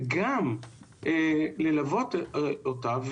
וגם ללוות אותה,